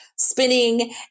Spinning